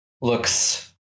looks